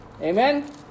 Amen